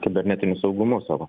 kibernetiniu saugumu savo